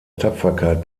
tapferkeit